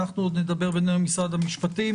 אנחנו עוד נדבר בינינו למשרד המשפטים.